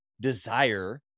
desire